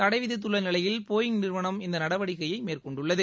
தடைவிதித்துள்ள நிலையில் போயிங் நிறுவனம் இந்த நடவடிக்கையை மேற்கொண்டுள்ளது